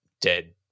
dead